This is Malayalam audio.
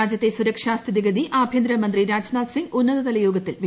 രാജ്യത്തെ സുരക്ഷാ സ്ഥിതിഗ്ഗിതി ആഭ്യന്തരമന്ത്രി രാജ്നാഥ് സിംഗ് ഉന്നതതലയോഗത്തിൽ വിലയിരുത്തി